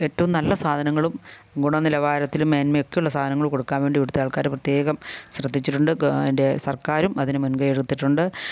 ഏറ്റവും നല്ല സാധനങ്ങളും ഗുണ നിലവാരത്തിലും മേന്മയൊക്കെ ഉള്ള സാധനങ്ങൾ കൊടുക്കാൻ വേണ്ടി ഇവടുത്തെ ആൾക്കാർ പ്രത്യേകം ശ്രദ്ധിച്ചിട്ടുണ്ട് അതിൻ്റെ സർക്കാരും അതിന് മുൻകൈ എടുത്തിട്ടുണ്ട്